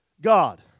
God